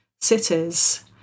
cities